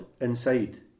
inside